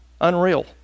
Unreal